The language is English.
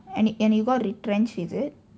and it and you got retrenched is it